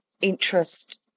interest